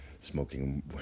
smoking